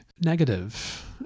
negative